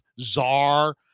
czar